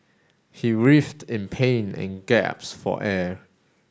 he writhed in pain and gasped for air